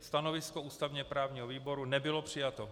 Stanovisko ústavněprávního výboru nebylo přijato.